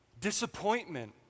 disappointment